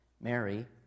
Mary